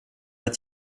att